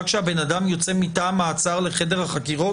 כאשר הבן אדם יוצא מתא המעצר לחדר החקירות